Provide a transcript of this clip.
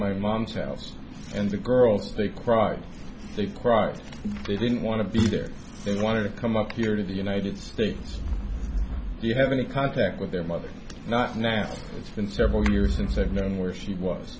my mom's house and the girls they cried they've crossed they didn't want to be there they wanted to come up here to the united states you have any contact with their mother not now it's been several years since i've known where she was